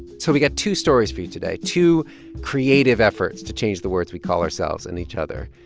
so we got two stories for you today, two creative efforts to change the words we call ourselves and each other.